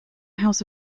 house